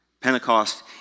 Pentecost